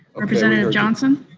representative johnson?